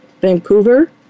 Vancouver